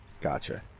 Gotcha